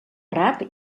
rap